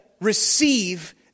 receive